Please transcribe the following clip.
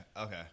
okay